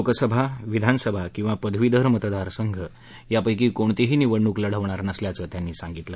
लोकसभा विधानसभा किंवा पदवीधर मतदार संघ यापैकी कोणतीही निवडणूक लढवणार नसल्याचं त्यांनी सांगितलं